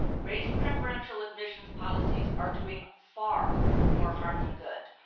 race preferential admissions policies are doing far more harm than good.